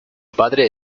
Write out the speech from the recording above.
padre